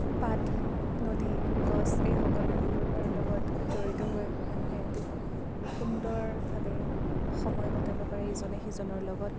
পাত নদী গছ আদি এই সকলোবোৰৰ লগত জড়িত হৈ মানুহে এটি সুন্দৰভাৱে সময় কটাব পাৰে ইজনে সিজনৰ লগত